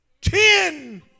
ten